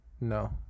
No